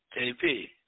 JP